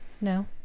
no